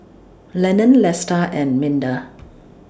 Lenon Lesta and Minda